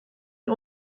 den